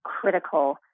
critical